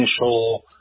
initial